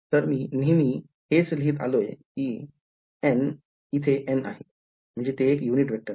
तर मी नेहमी हेच लिहीत आलोय कि तिथे n आहे म्हणजे ते एक युनिट वेक्टर आहे